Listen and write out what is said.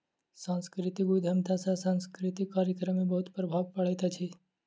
सांस्कृतिक उद्यमिता सॅ सांस्कृतिक कार्यक्रम में बहुत प्रभाव पड़ैत अछि